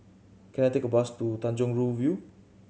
can I take a bus to Tanjong Rhu View